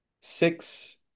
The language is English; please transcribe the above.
six